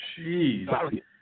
Jeez